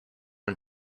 and